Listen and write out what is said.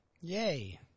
Yay